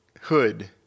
hood